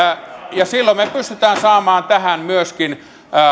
ja silloin me pystymme saamaan myöskin